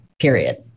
period